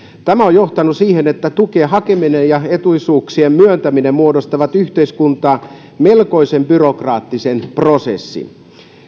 tämä on johtanut siihen että tukien hakeminen ja etuisuuksien myöntäminen muodostavat yhteiskuntaan melkoisen byrokraattisen prosessin